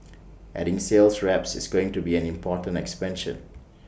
adding sales reps is going to be an important expansion